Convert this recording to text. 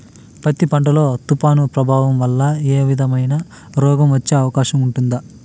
పత్తి పంట లో, తుఫాను ప్రభావం వల్ల ఏ విధమైన రోగం వచ్చే అవకాశం ఉంటుంది?